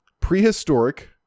prehistoric